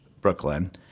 Brooklyn